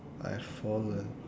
I have fallen